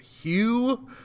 Hugh